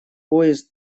поезд